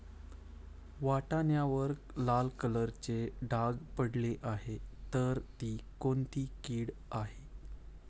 वाटाण्यावर लाल कलरचे डाग पडले आहे तर ती कोणती कीड आहे?